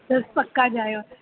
हां जी बिल्कुल बिल्कुल मैड़म